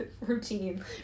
Routine